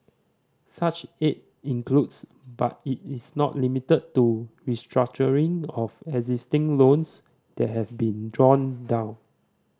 such aid includes but it is not limited to restructuring of existing loans that have been drawn down